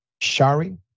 Shari